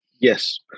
Yes